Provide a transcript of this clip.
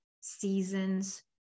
seasons